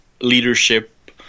leadership